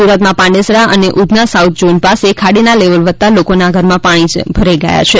સુરતમાં પાંડેસરા અને Udhna south zone પાસે ખાડીના લેવલ વધતાં લોકોને ઘરમાં પાણી ભરાઈ જવા પામ્યા છે